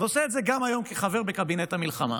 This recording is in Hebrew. ועושה את זה גם היום כחבר בקבינט המלחמה,